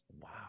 wow